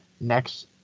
next